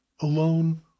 alone